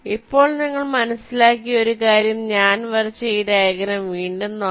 ഇപ്പോൾ നിങ്ങൾ മനസ്സിലാക്കിയ ഒരു കാര്യം ഞാൻ വരച്ച ഈ ഡയഗ്രം വീണ്ടും നോക്കാം